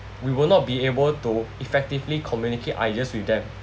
we will not be able to effectively communicate ideas with them